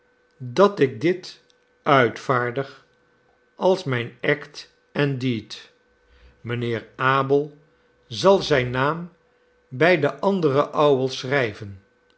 dat ik dit uitvaardig als mijn act and deed mijnheer abel zal zijn naam bij den anderen ouwel schrijven